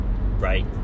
right